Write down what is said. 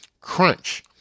crunch